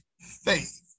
faith